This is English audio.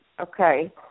okay